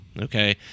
Okay